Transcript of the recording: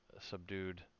subdued